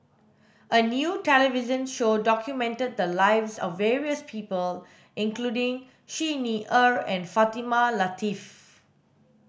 a new television show documented the lives of various people including Xi Ni Er and Fatimah Lateef